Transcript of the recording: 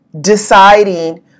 deciding